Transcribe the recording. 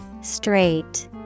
Straight